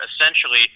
essentially